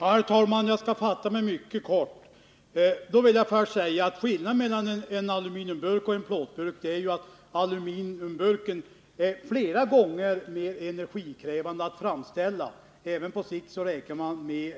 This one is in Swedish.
Herr talman! Jag skall fatta mig mycket kort. För det första vill jag säga att en skillnad mellan aluminiumburken och plåtburken är att aluminiumburken är flera gånger så energikrävande att framställa som plåtburken. Man räknar även med